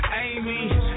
Amy